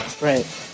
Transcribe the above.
Right